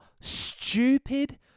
stupid